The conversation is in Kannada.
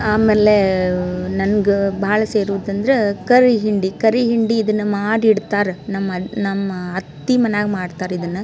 ಆಮೇಲೆ ನನ್ಗೆ ಭಾಳ್ ಸೇರೋದಂದ್ರೆ ಕರಿ ಹಿಂಡಿ ಕರಿ ಹಿಂಡಿ ಇದನ್ನು ಮಾಡಿ ಇಡ್ತಾರೆ ನಮ್ಮ ನಮ್ಮ ಅತ್ತೆ ಮನೆಯಾಗ್ ಮಾಡ್ತಾರೆ ಇದನ್ನು